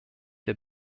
der